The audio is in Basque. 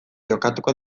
jokatuko